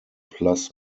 plus